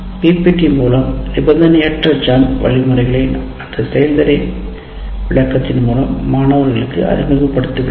PPT மூலம் நிபந்தனையற்ற ஜம்ப் வழிமுறைகளை அந்த செயல்முறை விளக்கத்தின் மூலம் அறிமுகப்படுத்துவேன் அறிமுகப்படுத்தினேன்